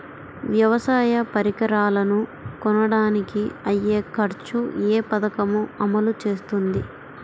వ్యవసాయ పరికరాలను కొనడానికి అయ్యే ఖర్చు ఏ పదకము అమలు చేస్తుంది?